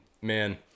man